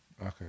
okay